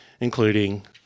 including